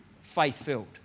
faith-filled